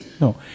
No